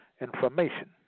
information